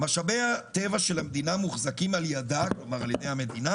משאבי הטבע של המדינה מוחזקים על ידה כלומר על-ידי המדינה